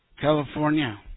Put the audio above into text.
California